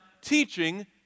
teaching